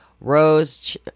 Rose